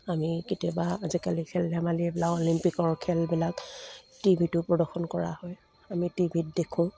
আমি কেতিয়াবা আজিকালি খেল ধেমালি এইবিলাক অলিম্পিকৰ খেলবিলাক টি ভিটো প্ৰদৰ্শন কৰা হয় আমি টি ভিত দেখোঁ